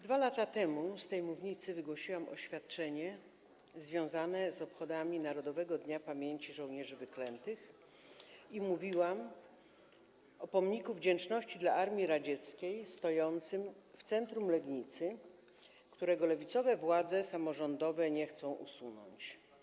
2 lata temu z tej mównicy wygłosiłam oświadczenie związane z obchodami Narodowego Dnia Pamięci „Żołnierzy Wyklętych” i mówiłam o pomniku wdzięczności dla Armii Radzieckiej stojącym w centrum Legnicy, którego lewicowe władze samorządowe nie chcą usunąć.